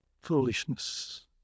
foolishness